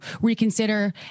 reconsider